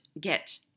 get